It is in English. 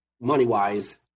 money-wise